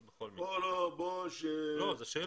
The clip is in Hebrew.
לא, זו שאלה.